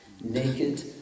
Naked